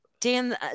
Dan